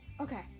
Okay